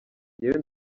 njyewe